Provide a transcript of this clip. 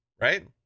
right